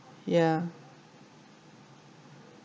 ya